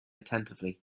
attentively